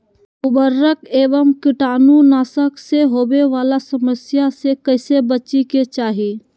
उर्वरक एवं कीटाणु नाशक से होवे वाला समस्या से कैसै बची के चाहि?